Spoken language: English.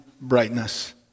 brightness